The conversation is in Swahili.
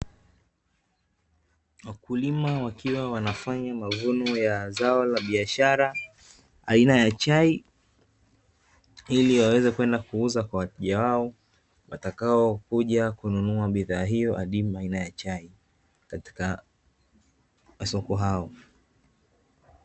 Wakulima wakiwa wanafanya mavuno ya zao la biashara aina ya chai ili waweze kwenda kuuza kwa wateja wao watakao kuja kununua bidhaa hiyo adimu aina ya chai, katika masoko hayo.